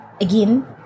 Again